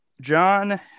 john